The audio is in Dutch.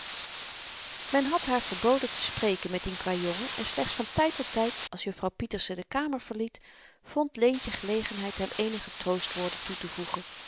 men had haar verboden te spreken met dien kwajongen en slechts van tyd tot tyd als juffrouw pieterse de kamer verliet vond leentje gelegenheid hem eenige troostwoorden toetevoegen